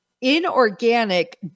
inorganic